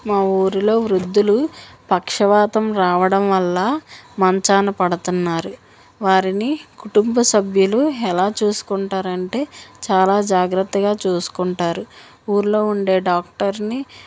మా ఊరిలో వృద్ధులు పక్షవాతం రావడం వల్ల మంచాన పడతున్నారు వారిని కుటుంబ సభ్యులు ఎలా చూసుకుంటారు అంటే చాలా జాగ్రత్తగా చూసుకుంటారు ఊర్లో ఉండే డాక్టర్ని